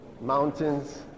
mountains